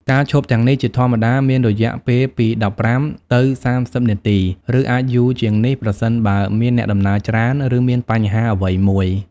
ការឈប់ទាំងនេះជាធម្មតាមានរយៈពេលពី ១៥ ទៅ ៣០ នាទី ឬអាចយូរជាងនេះ ប្រសិនបើមានអ្នកដំណើរច្រើន ឬមានបញ្ហាអ្វីមួយ។